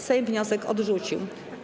Sejm wniosek odrzucił.